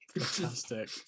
fantastic